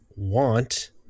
Want